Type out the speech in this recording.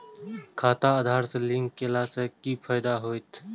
खाता आधार से लिंक केला से कि फायदा होयत?